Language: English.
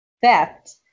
theft